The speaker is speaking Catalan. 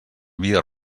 via